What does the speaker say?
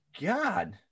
god